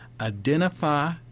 identify